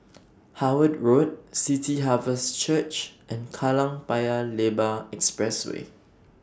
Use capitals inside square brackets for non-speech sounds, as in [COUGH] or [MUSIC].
[NOISE] Howard Road City Harvest Church and Kallang Paya Lebar Expressway